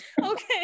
Okay